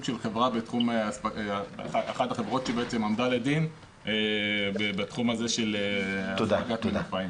של אחת החברות שעמדה לדין בתחום הזה של העסקת מנופאים.